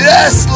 Yes